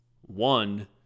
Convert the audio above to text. One